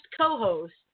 co-host